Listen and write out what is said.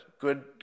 Good